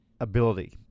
ability